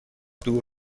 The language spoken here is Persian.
دور